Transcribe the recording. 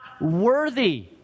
worthy